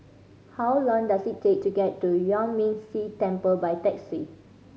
how long does it take to get to Yuan Ming Si Temple by taxi